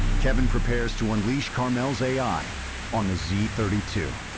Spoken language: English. kevin prepares to unleash carmel's ai on the z three two.